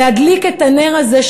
להדליק את הנר הזה,